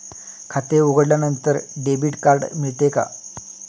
खाते उघडल्यानंतर debit card मिळते का?